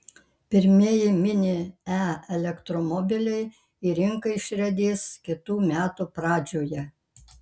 pirmieji mini e elektromobiliai į rinką išriedės kitų metų pradžioje